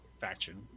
faction